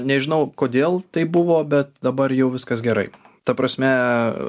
nežinau kodėl taip buvo bet dabar jau viskas gerai ta prasme